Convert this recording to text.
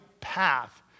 path